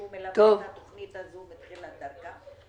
שהוא מלווה את התוכנית הזו מתחילת דרכה.